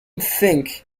think